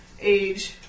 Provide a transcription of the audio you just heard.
age